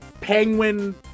penguin